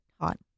Hot